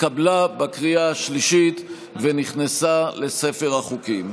התקבלה בקריאה השלישית ונכנסה לספר החוקים.